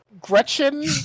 Gretchen